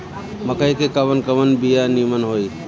मकई के कवन कवन बिया नीमन होई?